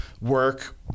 work